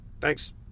Thanks